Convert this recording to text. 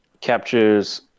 captures